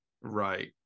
Right